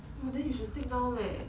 !wah! then you should sleep now leh